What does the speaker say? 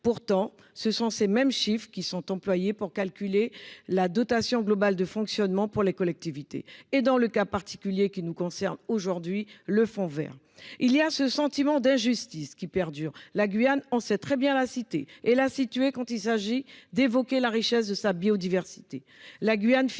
Pourtant, ces mêmes chiffres sont employés pour calculer la dotation globale de fonctionnement pour les collectivités et, dans le cas particulier qui nous concerne aujourd'hui, le fonds vert. Il y a ce sentiment d'injustice qui perdure. La Guyane, on sait très bien la citer et la situer quand il s'agit d'évoquer la richesse de sa biodiversité.